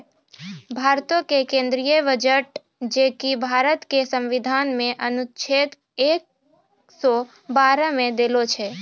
भारतो के केंद्रीय बजट जे कि भारत के संविधान मे अनुच्छेद एक सौ बारह मे देलो छै